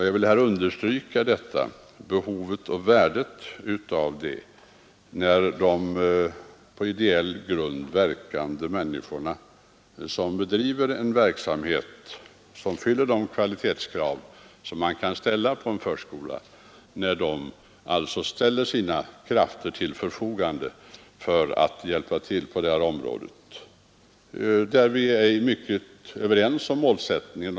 Jag vill här understryka behovet och värdet av att ta till vara dessa frivilliga insatser. Det är ju här fråga om på ideell grund verkande människor som bedriver en verksamhet som fyller de kvalifikationskrav man kan ställa på en förskola och som alltså ställer sina krafter till förfogande för att hjälpa till på detta område, där vi i mycket är överens om målsättningen.